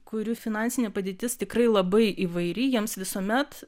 kurių finansinė padėtis tikrai labai įvairi jiems visuomet